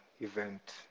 event